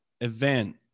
event